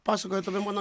pasakojat apie mano